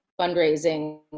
fundraising